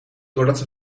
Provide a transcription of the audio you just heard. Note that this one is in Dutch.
doordat